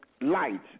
light